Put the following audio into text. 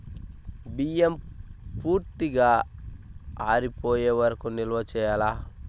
బియ్యం పూర్తిగా ఆరిపోయే వరకు నిల్వ చేయాలా?